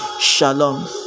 Shalom